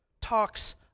talks